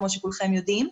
כמו שכולכם יודעים.